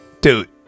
dude